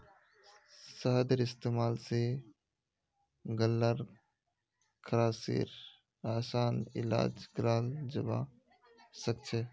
शहदेर इस्तेमाल स गल्लार खराशेर असान इलाज कराल जबा सखछे